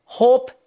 hope